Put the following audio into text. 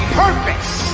purpose